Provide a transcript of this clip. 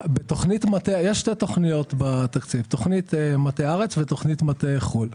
יש שתי תוכניות בתקציב תוכנית מטה ארץ ותוכנית מטה חו"ל.